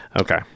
okay